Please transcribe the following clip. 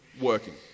working